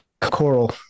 coral